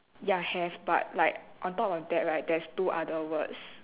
ya have but like on top of that right there's two other words